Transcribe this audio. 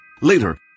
Later